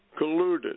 colluded